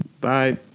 Bye